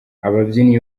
ababyinnyi